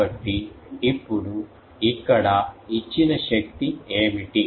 కాబట్టి ఇప్పుడు ఇక్కడ ఇచ్చిన శక్తి ఏమిటి